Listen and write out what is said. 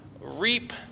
reap